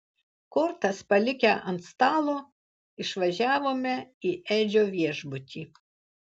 kortas palikę ant stalo išvažiavome į edžio viešbutį